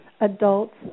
adults